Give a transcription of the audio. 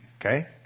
Okay